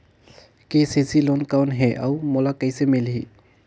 KCC loan कौन हे अउ मोला कइसे मिलही?